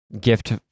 gift